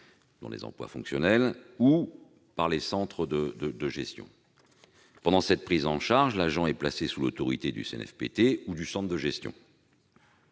pour les emplois fonctionnels, ou par les centres de gestion, pour les autres emplois. Pendant cette prise en charge, l'agent est placé sous l'autorité du CNFPT ou du centre de gestion.